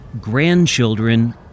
Grandchildren